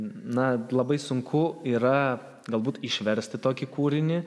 na labai sunku yra galbūt išversti tokį kūrinį